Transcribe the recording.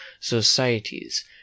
societies